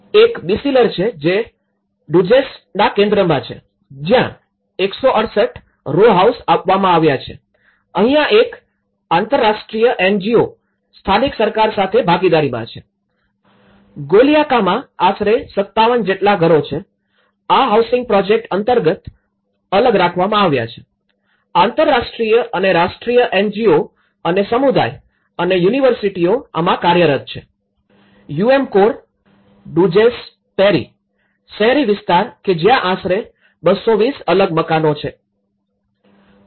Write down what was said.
એક બીસીલર છે જે ડુઝેસના કેન્દ્રમાં છે જ્યાં ૧૬૮ રો હાઉસ આપવામાં આવ્યા છે અહીંયા એક આંતરરાષ્ટ્રીય એનજીઓ સ્થાનિક સરકાર સાથે ભાગીદારીમાં છે ગોલયાકા માં આશરે ૫૭ જેટલા ઘરો છે આ હાઉસિંગ પ્રોજેક્ટ અંતર્ગત અલગ રાખવામાં આવ્યા છે આંતરરાષ્ટ્રીય અને રાષ્ટ્રીય એનજીઓ અને સમુદાય અને યુનિવર્સિટીઓ આમાં કાર્યરત છે યુએમકોર ડૂઝેસ પેરિ શહેરી વિસ્તાર કે જ્યાં આશરે ૨૨૦ અલગ મકાનો છે